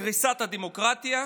מקריסת הדמוקרטיה,